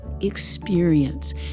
experience